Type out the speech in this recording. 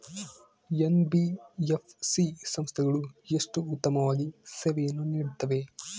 NBFC ಸಂಸ್ಥೆಗಳು ಎಷ್ಟು ಉತ್ತಮವಾಗಿ ಸೇವೆಯನ್ನು ನೇಡುತ್ತವೆ?